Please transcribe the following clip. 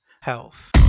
health